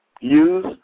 use